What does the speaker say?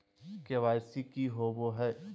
KYC की हॉबे हय?